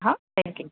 હા થેન્ક્યુ